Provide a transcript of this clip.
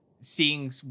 seeing